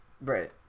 Right